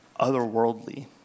otherworldly